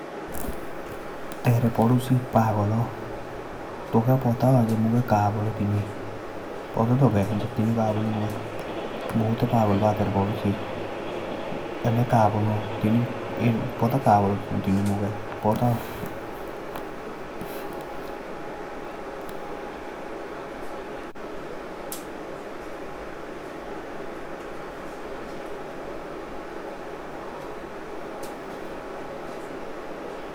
तेरे पड़ोसी पागल आ टोंके पता आ। पता का बोलो तुनिए मुखे। पता आ।